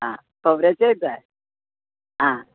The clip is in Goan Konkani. आं खोबऱ्याचेच जाय आं